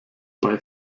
bei